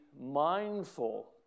mindful